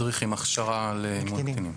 מדריך עם הכשרה לאימון קטינים.